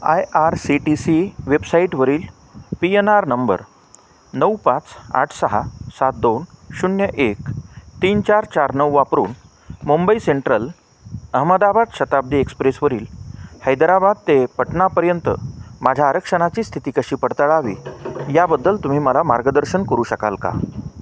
I R C T C वेबसाईटवरील P N R number नऊ पाच आठ सहा सात दोन शून्य एक तीन चार चार नऊ वापरून मुंबई सेंट्रल अहमदाबाद शताब्दी एक्सप्रेसवरील हैदराबाद ते पाटणापर्यंत माझ्या आरक्षणाची स्थिती कशी पडताळावी याबद्दल तुम्ही मला मार्गदर्शन करू शकाल का